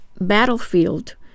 battlefield